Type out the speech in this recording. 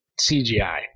CGI